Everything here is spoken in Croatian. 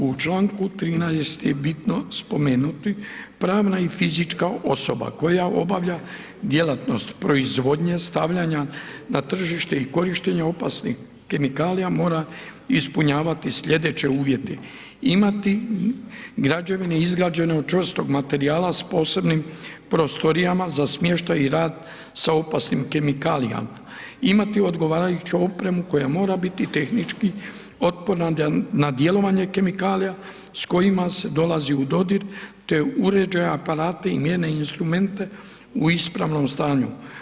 U članku 13. je bitno spomenuti pravna i fizička osoba koja obavlja djelatnost proizvodnje, stavljanja na tržište i korištenje opasnih kemikalija mora ispunjavati sljedeće uvjete: imati građevine izgrađene od čvrstog materijala s posebnim prostorijama za smještaj i rad sa opasnim kemikalijama, imati odgovarajuću opremu koja mora biti tehnički otporna na djelovanje kemikalija s kojima se dolazi u dodir, te uređaje, aparate i mjerne instrumente u ispravnom stanju.